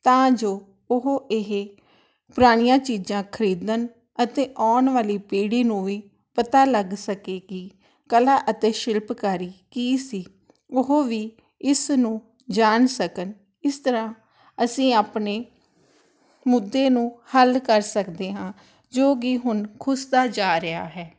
ਤਾਂ ਜੋ ਉਹ ਇਹ ਪੁਰਾਣੀਆਂ ਚੀਜ਼ਾਂ ਖਰੀਦਣ ਅਤੇ ਆਉਣ ਵਾਲੀ ਪੀੜ੍ਹੀ ਨੂੰ ਵੀ ਪਤਾ ਲੱਗ ਸਕੇ ਕਿ ਕਲਾ ਅਤੇ ਸ਼ਿਲਪਕਾਰੀ ਕੀ ਸੀ ਉਹ ਵੀ ਇਸ ਨੂੰ ਜਾਣ ਸਕਣ ਇਸ ਤਰ੍ਹਾਂ ਅਸੀਂ ਆਪਣੇ ਮੁੱਦੇ ਨੂੰ ਹੱਲ ਕਰ ਸਕਦੇ ਹਾਂ ਜੋ ਕਿ ਹੁਣ ਖੁਸਦਾ ਜਾ ਰਿਆ ਹੈ